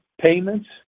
payments